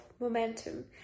momentum